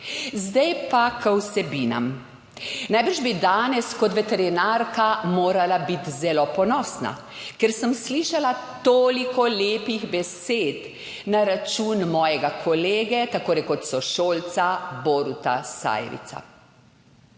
Zdaj pa k vsebinam. Najbrž bi danes kot veterinarka morala biti zelo ponosna, ker sem slišala toliko lepih besed na račun mojega kolega, tako rekoč sošolca, Boruta Sajovica.